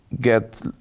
get